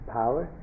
power